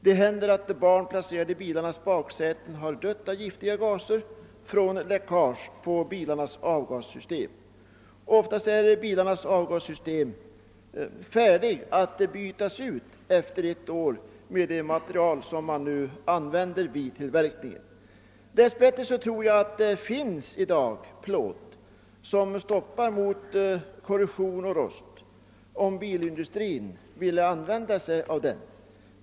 Det händer att barn som suttit i bilens baksäte har dött av giftiga gaser från läckage i bilens avgassystem. Oftast är bilarnas avgassystem färdigt att bytas ut redan efter ett år med det material man nu använder vid biltillverkningen. Dess bättre tror jag att det finns plåt som stoppar mot korrosion och rost, om bara bilindustrin vill använda den.